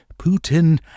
Putin